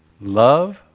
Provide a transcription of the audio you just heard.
Love